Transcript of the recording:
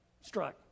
struck